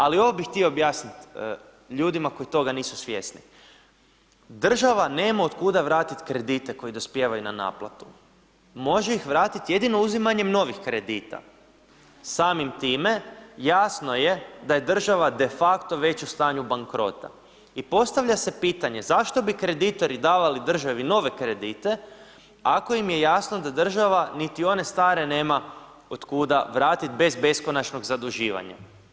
Ali ovo bih htio objasnit ljudima koji toga nisu svjesni, država nema od kuda vratit kredite koji dospijevaju na naplatu, može ih vratiti jedino uzimanjem novih kredita, samim time jasno je da je država de facto već u stanju bankrota i postavlja se pitanje zašto bi kreditori davali državi nove kredite ako im je jasno da država niti one stare nema od kuda vratit bez beskonačnog zaduživanja.